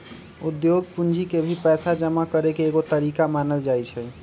उद्योग पूंजी के भी पैसा जमा करे के एगो तरीका मानल जाई छई